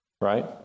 Right